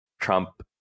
Trump